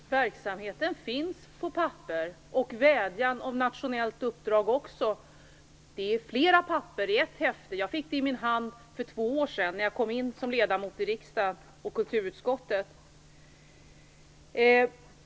Fru talman! Verksamheten finns på papper, och likaså vädjan om ett nationellt uppdrag. Det är flera papper i ett häfte, som jag fick i min hand för två år sedan när jag kom in som ledamot i riksdagen och kulturutskottet.